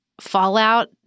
fallout